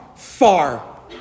Far